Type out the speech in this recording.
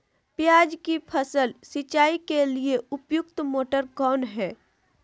प्याज की फसल सिंचाई के लिए उपयुक्त मोटर कौन है?